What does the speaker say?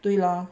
对咯